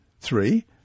three